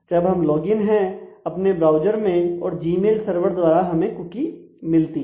तो जब हम लॉगइन हैं अपने ब्राउज़र में और जीमेल सर्वर द्वारा हमें कुकी मिलती है